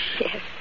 Yes